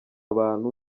abantu